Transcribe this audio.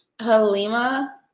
Halima